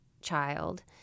child